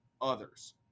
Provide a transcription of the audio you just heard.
others